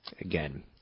Again